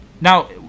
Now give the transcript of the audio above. now